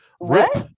rip